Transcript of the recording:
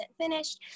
finished